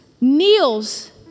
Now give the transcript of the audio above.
kneels